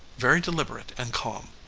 very deliberate and calm.